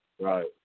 Right